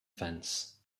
fence